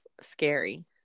scary